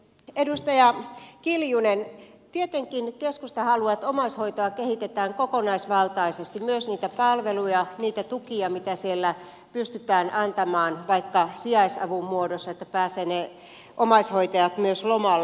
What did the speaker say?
edustaja kiljunen tietenkin keskusta haluaa että omaishoitoa kehitetään kokonaisvaltaisesti myös niitä palveluja ja tukia mitä siellä pystytään antamaan vaikka sijaisavun muodossa että omaishoitajat pääsevät myös lomalle